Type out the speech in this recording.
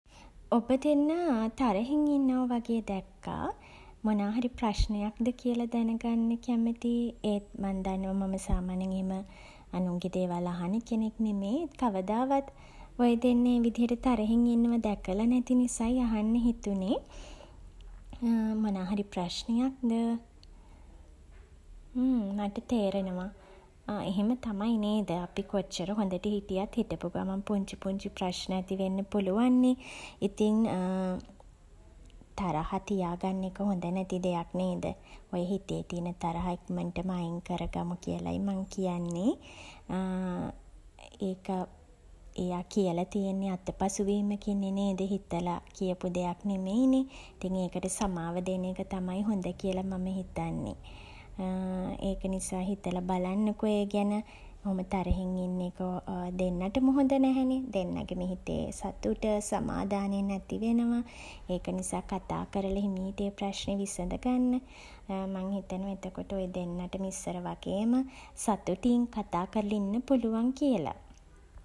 ඔබ දෙන්නා තරහෙන් ඉන්නවා වගේ දැක්කා. මොනා හරි ප්‍රශ්නයක්ද කියල දැන ගන්න කැමතියි. ඒත් මං දන්නවා මං සාමාන්‍යයෙන් එහෙම අනුන්ගේ දේවල් අහන කෙනෙක් නෙමෙයි ඒත් කවදාවත් ඔය දෙන්නා ඒ විදිහට තරහෙන් ඉන්නවා දැකල නැති නිසයි අහන්න හිතුනේ. මොනා හරි ප්‍රශ්නයක්ද? ම්ම් මට තේරෙනවා. එහෙම තමයි නේද? අපි කොච්චර හොඳට හිටියත් හිටපු ගමන් පුංචි පුංචි ප්‍රශ්න ඇති වෙන්න පුළුවන්නේ. ඉතින් තරහ තියා ගන්න එක හොඳ නැති දෙයක් නේද? ඔය හිතේ තියෙන තරහා ඉක්මනටම අයින් කරගමු කියලයි මං කියන්නේ ඒක එයා කියල තියෙන්නේ අතපසු වීමකින්නේ නේද? හිතලා කියපු දෙයක් නෙමෙයිනේ. ඉතින් ඒකට සමාව දෙන එක තමයි හොඳ කියල මම හිතන්නේ ඒක නිසා හිතල බලන්නකෝ ඒ ගැන. ඔහොම තරහින් ඉන්න එක දෙන්නටම හොඳ නැහැනේ. දෙන්නගෙම හිතේ සතුට සමාදානය නැති වෙනවා. ඒක නිසා කතා කරලා හිමීට ඒ ප්‍රශ්නේ විසඳ ගන්න මං හිතනවා එතකොට ඔය දෙන්නටම ඉස්සර වගේම සතුටින් කතා කරලා ඉන්න පුළුවන් කියලා.